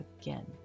again